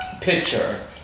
picture